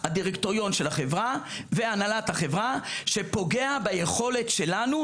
הדירקטוריון של החברה והנהלת החברה שפוגע ביכולת שלנו